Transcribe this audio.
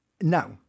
Now